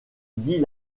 dit